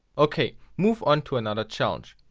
ok move on to another challenge.